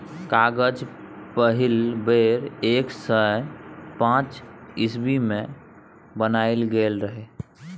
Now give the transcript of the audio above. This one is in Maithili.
कागज पहिल बेर एक सय पांच इस्बी मे बनाएल गेल रहय